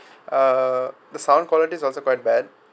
uh the sound quality also quite bad